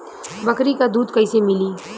बकरी क दूध कईसे मिली?